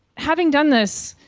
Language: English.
having done this.